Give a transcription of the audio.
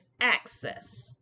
access